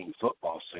football